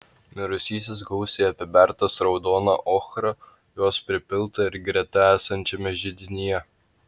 mirusysis gausiai apibertas raudona ochra jos pripilta ir greta esančiame židinyje